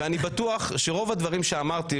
ואני בטוח שרוב הדברים שאמרתי,